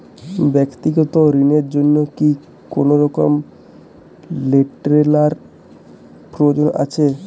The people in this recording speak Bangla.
ব্যাক্তিগত ঋণ র জন্য কি কোনরকম লেটেরাল প্রয়োজন আছে?